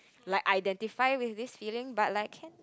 like identify with this feeling but I can